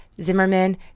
Zimmerman